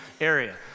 area